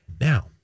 Now